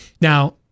Now